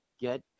get